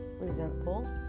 resentful